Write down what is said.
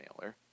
mailer